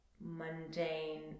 mundane